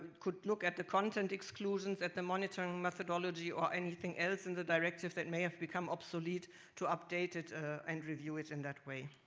could look at the content exclusions at the monitoring methodology or anything else in the directives that may have become obsolete to update it and review it in that way.